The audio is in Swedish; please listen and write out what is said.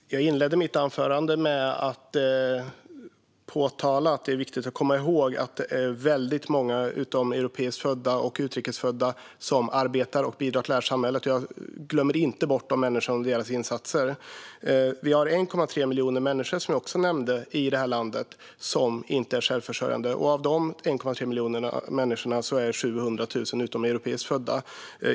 Fru talman! Jag inledde mitt anförande med att påpeka att det är viktigt att komma ihåg att många utomeuropeiskt födda och utrikes födda arbetar och bidrar till samhället. Jag glömmer inte bort dessa människor och deras insatser. Som jag också nämnde har vi 1,3 miljoner människor i landet som inte är självförsörjande, och av dessa är 700 000 utomeuropeiskt födda.